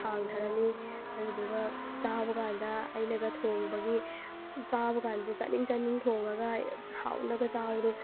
ꯊꯥꯡꯊꯔꯅꯤ ꯑꯗꯨꯗꯨꯒ ꯆꯥꯕ ꯀꯥꯟꯗ ꯑꯩꯅꯒ ꯊꯣꯡꯕꯒꯤ ꯁꯨꯝ ꯆꯥꯕ ꯀꯥꯟꯗ ꯆꯥꯅꯤꯡ ꯆꯥꯅꯤꯡ ꯊꯣꯡꯉꯒ ꯍꯥꯎꯅꯒ ꯆꯥꯕꯗꯣ